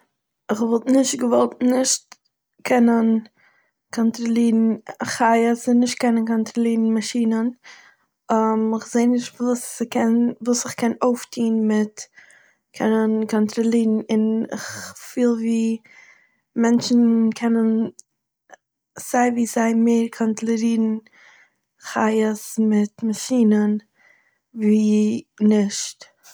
כ'וואלט נישט געוואלט נישט קענען קאנטראלירן א חיה פון נישט קענען קאנטראלירן מאשינען, איך זעה נישט וואס ס'קען- וואס איך קען אויפטוהן מיט קענען קאנטראלירן, און איך פיל ווי מענטשן קענען סיי ווי סיי מער קאנטראלירן חיות מיט מאשינען, ווי נישט